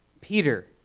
Peter